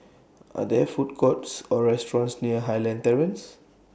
Are There Food Courts Or restaurants near Highland Terrace